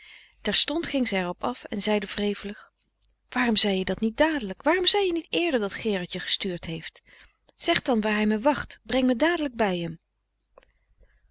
terstond ging zij er op af en zeide wrevelig waarom zei je dat niet dadelijk waarom zei je niet eerder dat gerard je gestuurd heeft zeg dan waar hij me wacht breng me dadelijk bij hem